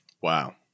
Wow